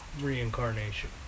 reincarnation